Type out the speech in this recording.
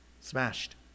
Smashed